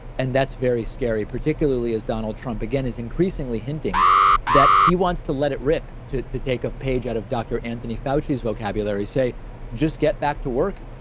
and that's very scary, particularly as donald trump, again, is increasingly hinting that he wants to let it rip to to take a page out of dr. anthony fouty's vocabulary, say just get back to work.